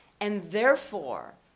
and therefore,